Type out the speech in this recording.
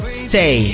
stay